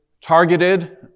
targeted